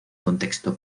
contexto